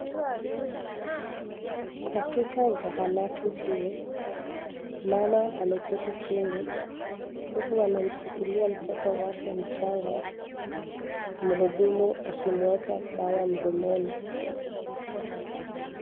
Katika zahanati hii, mama ameketi chini, huku amemshikilia mtoto wake mchanga, mhudumu akimueka dawa mdomoni.